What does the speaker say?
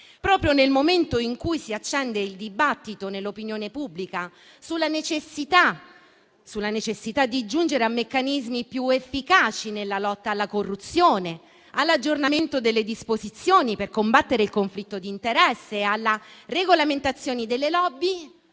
Proprio nel momento in cui si accende il dibattito nell'opinione pubblica sulla necessità di giungere a meccanismi più efficaci nella lotta alla corruzione, all'aggiornamento delle disposizioni per combattere il conflitto d'interesse e alla regolamentazione delle *lobby*,